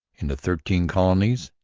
in the thirteen colonies,